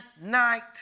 night